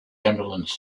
ambulance